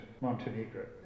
Montenegro